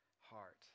heart